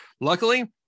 Luckily